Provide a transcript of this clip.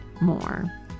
more